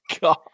god